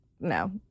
No